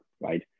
right